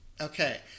Okay